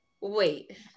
wait